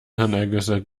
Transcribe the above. hirnergüsse